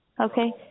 Okay